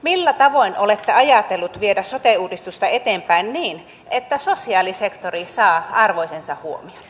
millä tavoin olette ajatellut viedä sote uudistusta eteenpäin niin että sosiaalisektori saa arvoisensa huomion